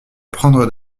prendre